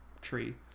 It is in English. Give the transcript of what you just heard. tree